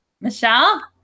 Michelle